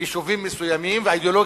ליישובים מסוימים, ואידיאולוגי,